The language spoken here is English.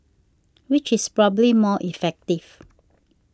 which is probably more effective